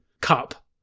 cup